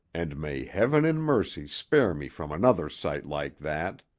and may heaven in mercy spare me from another sight like that!